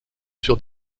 sur